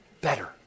better